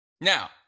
Now